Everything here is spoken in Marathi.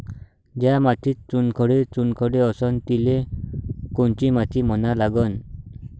ज्या मातीत चुनखडे चुनखडे असन तिले कोनची माती म्हना लागन?